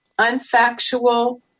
unfactual